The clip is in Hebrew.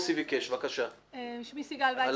אני חברת מועצת העיר תל-אביב.